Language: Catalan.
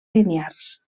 linears